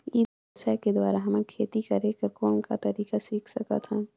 ई व्यवसाय के द्वारा हमन खेती करे कर कौन का तरीका सीख सकत हन?